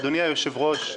אדוני היושב ראש,